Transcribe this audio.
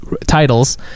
titles